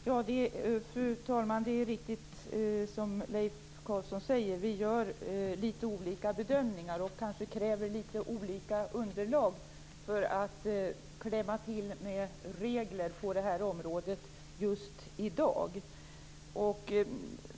Fru talman! Det är riktigt som Leif Carlson säger, att vi gör litet olika bedömningar och kräver litet olika underlag för att införa regler på det här området just i dag.